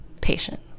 patient